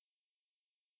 that's right